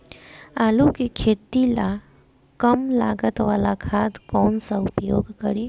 आलू के खेती ला कम लागत वाला खाद कौन सा उपयोग करी?